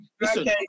Listen